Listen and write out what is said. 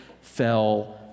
fell